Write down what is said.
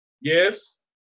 Yes